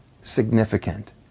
significant